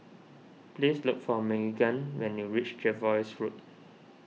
please look for Magan when you reach Jervois Road